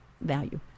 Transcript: value